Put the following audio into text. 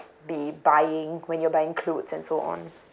be buying when you're buying clothes and so on